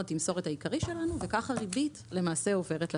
התמסורת העיקרי שלנו וכך הריבית למעשה עוברת לציבור.